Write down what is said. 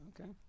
Okay